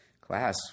class